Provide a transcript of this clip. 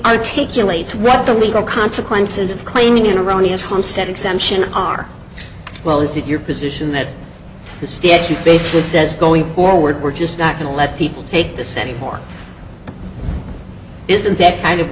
articulate sweat the legal consequences of claiming an erroneous homestead exemption are well is it your position that the state you faced with says going forward we're just not going to let people take this anymore isn't that kind of